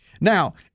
Now